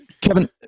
Kevin